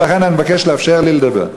ולכן אני מבקש לאפשר לי לדבר.